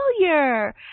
familiar